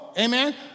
Amen